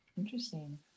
interesting